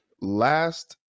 Last